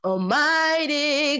Almighty